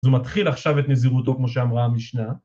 אז הוא מתחיל עכשיו את נזירותו, כמו שאמרה המשנה.